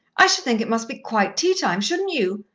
i should think it must be quite tea-time, shouldn't you?